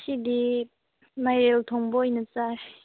ꯉꯁꯤꯗꯤ ꯃꯥꯏꯔꯦꯟ ꯊꯣꯡꯕ ꯑꯣꯏꯅ ꯆꯥꯏ